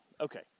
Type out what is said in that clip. Okay